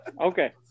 Okay